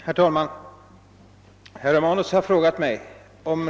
Herr talman!